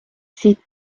siit